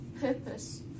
purpose